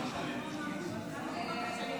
כנסת נכבדה,